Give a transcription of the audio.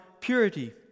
purity